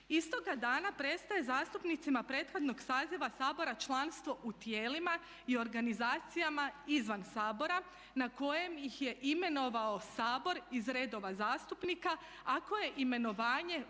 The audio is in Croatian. Istoga dana prestaje zastupnicima prethodnog saziva Sabora članstvo u tijelima i organizacijama izvan Sabora na kojem ih je imenovao Sabor iz redova zastupnika ako je imenovanje